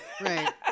right